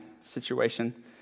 situation